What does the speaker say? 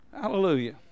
Hallelujah